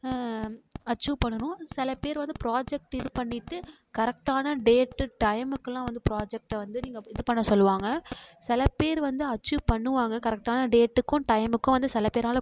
achieve பண்ணணும் சில பேர் வந்து ப்ராஜக்ட் இது பண்ணிவிட்டு கரெக்டான டேட்டு டைமுக்கெல்லாம் வந்து ப்ராஜக்ட்டை வந்து நீங்கள் இது பண்ண சொல்வாங்க சில பேர் வந்து அச்சீவ் பண்ணுவாங்க கரெக்டான டேட்டுக்கும் டைமுக்கும் வந்து சில பேரால் கொடுக்க முடியும்